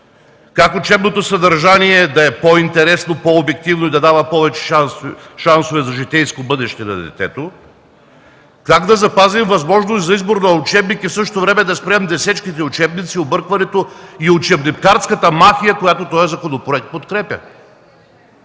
как учебното съдържание да е по-интересно, по-обективно и да дава повече шансове за житейско бъдеще на детето, как да запазим възможност за избор на учебник и в същото време да спрем десетките учебници, объркването и учебникарската мафия, която този законопроект подкрепя;